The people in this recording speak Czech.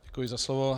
Děkuji za slovo.